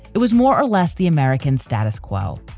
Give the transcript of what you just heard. it was more or less the american status quo.